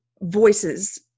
voices